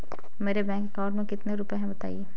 मेरे bank account में कितने रुपए हैं बताएँ?